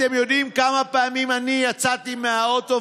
אתם יודעים כמה פעמים אני יצאתי מהאוטו,